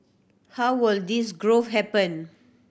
how will this growth happen